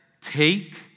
Take